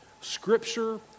Scripture